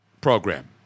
program